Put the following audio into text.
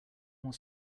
more